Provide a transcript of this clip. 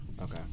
Okay